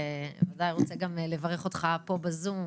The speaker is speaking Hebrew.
שבוודאי רוצה גם לברך אותך פה בזום,